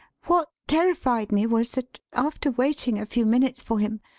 what terrified me was that, after waiting a few minutes for him,